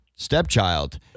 stepchild